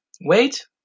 wait